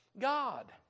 God